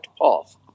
path